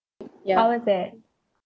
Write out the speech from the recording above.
how was it